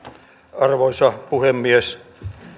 arvoisa puhemies